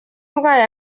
ndwaye